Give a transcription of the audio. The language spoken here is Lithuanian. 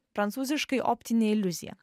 prancūziškai optinė iliuzija